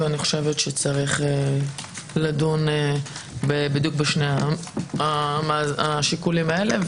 ואני חושבת שצריך לדון בדיוק בשני השיקולים האלה,